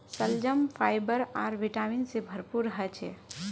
शलजम फाइबर आर विटामिन से भरपूर ह छे